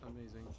amazing